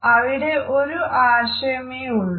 അവിടെ ഒരു ആശയമേയുള്ളൂ